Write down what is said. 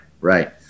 Right